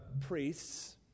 priests